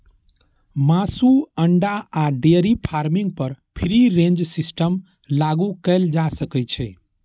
मासु, अंडा आ डेयरी फार्मिंग पर फ्री रेंज सिस्टम लागू कैल जा सकै छै